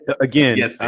again